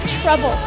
trouble